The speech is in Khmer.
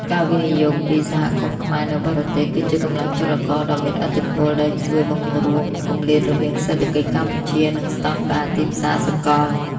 ការវិនិយោគពី សហគមន៍ខ្មែរនៅបរទេស គឺជាកម្លាំងចលករដ៏មានឥទ្ធិពល ដែលជួយបង្រួមគម្លាតរវាងសេដ្ឋកិច្ចកម្ពុជា និងស្ដង់ដារទីផ្សារសកល។